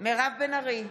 מירב בן ארי,